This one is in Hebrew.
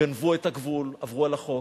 גנבו את הגבול, עברו על החוק,